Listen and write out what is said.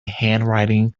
handwriting